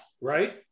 right